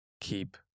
keep